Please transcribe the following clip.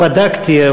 לא בדקתי,